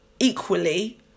Equally